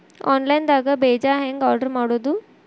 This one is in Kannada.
ಆನ್ಲೈನ್ ದಾಗ ಬೇಜಾ ಹೆಂಗ್ ಆರ್ಡರ್ ಮಾಡೋದು?